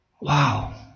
Wow